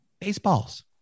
baseballs